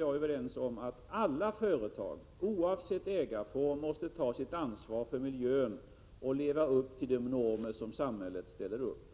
är överens om att alla företag, oavsett ägarform, måste ta sitt ansvar för miljön och uppfylla de normer samhället ställer upp.